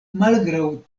malgraŭ